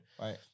Right